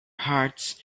hearts